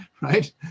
right